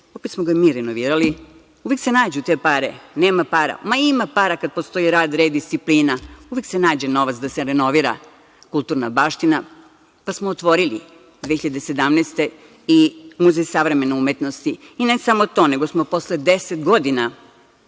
opet smo ga mi renovirali. Uvek se nađu te pare. Nema para. Ma ima para kada postoji rad, red i disciplina. Uvek se nađe novac da se renovira kulturna baština. Otvorili smo 2017. godine i Muzej savremene umetnosti, i ne samo to, nego smo posle 10 godina